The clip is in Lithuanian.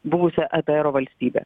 buvusią atro valstybę